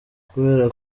kubera